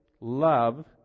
love